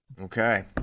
okay